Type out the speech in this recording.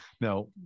Now